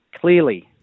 clearly